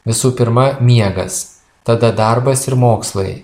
visų pirma miegas tada darbas ir mokslai